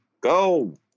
Go